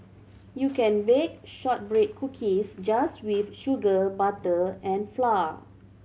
you can bake shortbread cookies just with sugar butter and flour